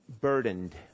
burdened